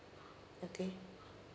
okay